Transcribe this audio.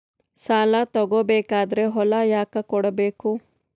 ಸಾಲ ತಗೋ ಬೇಕಾದ್ರೆ ಹೊಲ ಯಾಕ ಕೊಡಬೇಕು?